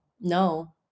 no